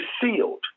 sealed